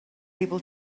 able